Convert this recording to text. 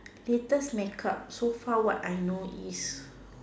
latest make up so far what I know is